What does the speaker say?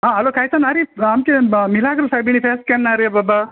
आं हॅलो कायतान आरे आमचे मिलाग्रिस्त सायबिणी फेस्त केन्ना रे बाबा